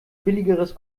billigeres